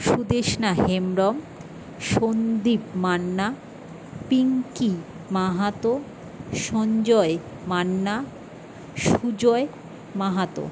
Sudeshna Hembram Sandip Manna Pinki Mahato Sanjay Manna Sujay Mahato